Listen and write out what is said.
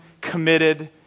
committed